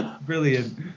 Brilliant